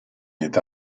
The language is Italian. età